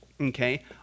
okay